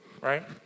right